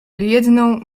jedną